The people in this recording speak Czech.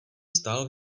stál